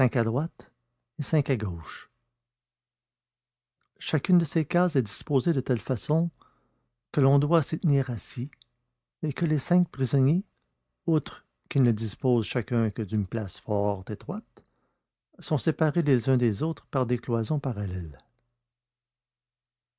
à droite et cinq à gauche chacune de ces cases est disposée de telle façon que l'on doit s'y tenir assis et que les cinq prisonniers par conséquent sont assis les uns sur les autres tout en étant séparés les uns des autres par des